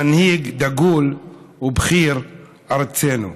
/ מנהיג דגול ובחיר ארצנו.